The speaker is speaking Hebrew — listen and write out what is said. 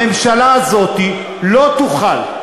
אני טוען שבשוויון בנטל הממשלה הזאת לא תוכל,